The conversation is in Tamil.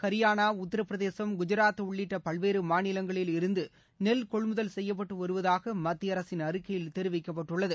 ஹரியானா உத்தரபிரதேசம் குஜராத் உள்ளிட்ட பல்வேறு மாநிலங்களில் இருந்து நெல் கொள்முதல் செய்யப்பட்டு வருவதாக மத்திய அரசின் அறிக்கையில் தெரிவிக்கப்பட்டுள்ளது